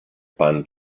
pan